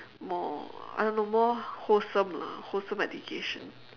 more I don't know more wholesome lah wholesome education